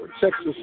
Texas